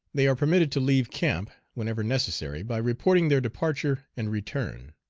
they are permitted to leave camp, whenever necessary, by reporting their departure and return.